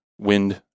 wind